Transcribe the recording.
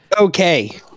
okay